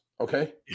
Okay